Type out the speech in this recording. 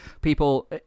people